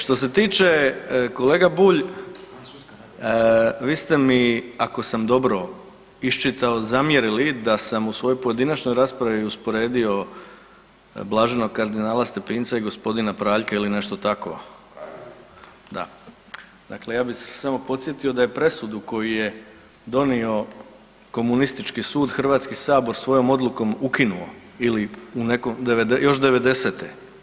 Što se tiče kolega Bulj, vi ste mi ako sam dobro iščitao zamjerili da sam u svojoj pojedinačnoj raspravi usporedio blaženog kardinala Stepinca i g. Praljka ili nešto tako, da, dakle ja bih samo podsjetio da je presudu koju je donio komunistički sud HS svojom odlukom ukinuo još devedesete.